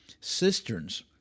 cisterns